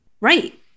Right